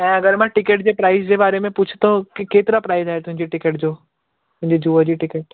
त अगरि मां टिकट जे प्राइज़ जे बारे में कुझु थो की केतिरा प्राइज़ आइन तुंजे टिकट जो हिन जूअ जी टिकट